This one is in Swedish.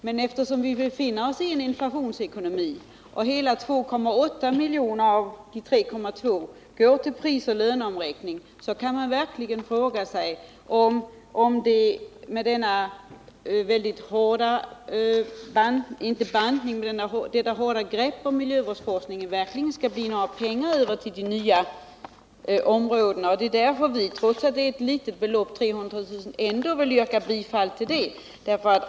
Men eftersom vi befinner oss i en inflationsekonomi och hela 2,8 miljoner av de 3,2 miljonerna går åt till prisoch löneomräkning, så kan man verkligen fråga sig om det blir några pengar över till de nya områdena. Det är därför vi, trots att 300 000 är ett litet belopp, ändå vill yrka bifall till det.